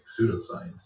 pseudoscience